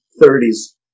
thirties